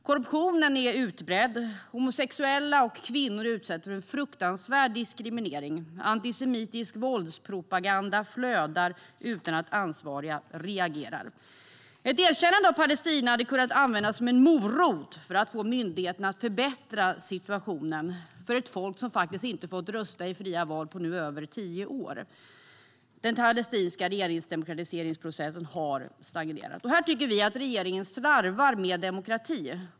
Korruptionen är utbredd, homosexuella och kvinnor utsätts för en fruktansvärd diskriminering och antisemitisk våldspropaganda flödar utan att ansvariga reagerar. Ett erkännande av Palestina hade kunnat användas som en morot för att få myndigheterna att förbättra situationen för ett folk som inte fått rösta i fria val på nu över tio år. Den palestinska demokratiseringsprocessen har stagnerat. Här tycker vi att regeringen slarvar med demokrati.